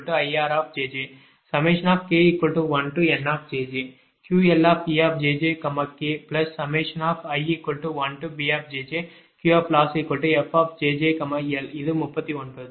Qm2IRjjk1NQLejjkl1BQLossfjjl இது 39